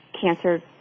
cancer